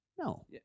No